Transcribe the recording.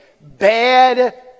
bad